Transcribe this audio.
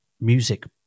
music